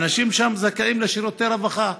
והאנשים שם זכאים לשירותי רווחה.